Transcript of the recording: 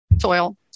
soil